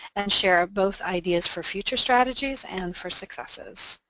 and share ah both ideas for future strategies and for successes.